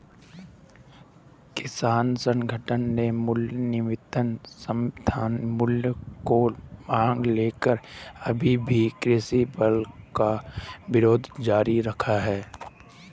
किसान संगठनों ने न्यूनतम समर्थन मूल्य की मांग को लेकर अभी भी कृषि बिल का विरोध जारी रखा है